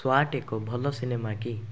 ସ୍ୱାଟ୍ ଏକ ଭଲ ସିନେମା କି